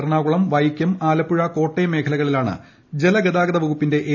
എറണാകുളം വൈക്കം ആലപ്പുഴ കോട്ടയം മേഖലകളിലാണ് ജലഗതാഗത വകുപ്പിന്റെ എ